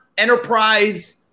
enterprise